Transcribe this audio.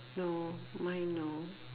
no mine no